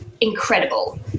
incredible